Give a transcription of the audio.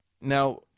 Now